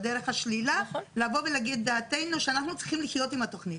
בדרך השלילה לבוא ולהגיד את דעתנו שאנחנו צריכים לחיות עם התוכנית.